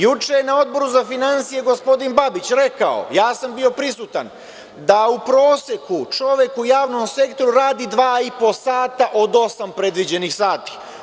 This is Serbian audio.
Juče je na Odboru za finansije gospodin Babić rekao, ja sam bio prisutan, da u proseku čovek u javnom sektoru radi dva i po sata od osam predviđenih sati.